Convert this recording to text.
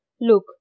Look